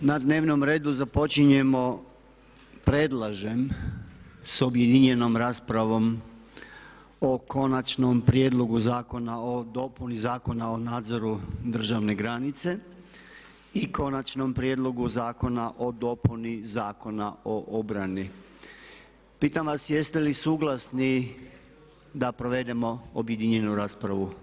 Na dnevnom redu započinjemo predlažem s objedinjenom raspravom o Konačnom prijedlogu zakona o dopuni Zakona o nadzoru državne granice i Konačnom prijedlogu zakona o dopuni Zakona o obrani Pitam vas jeste li suglasni da provedemo objedinjenu raspravu?